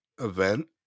event